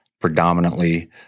predominantly